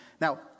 Now